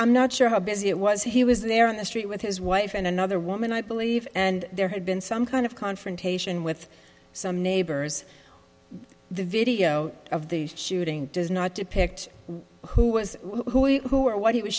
i'm not sure how busy it was he was there on the street with his wife and another woman i believe and there had been some kind of confrontation with some neighbors the video of the shooting does not depict who was who or what he was